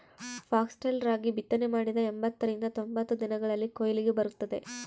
foxtail ರಾಗಿ ಬಿತ್ತನೆ ಮಾಡಿದ ಎಂಬತ್ತರಿಂದ ತೊಂಬತ್ತು ದಿನಗಳಲ್ಲಿ ಕೊಯ್ಲಿಗೆ ಬರುತ್ತದೆ